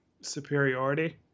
superiority